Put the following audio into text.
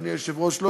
אדוני היושב-ראש,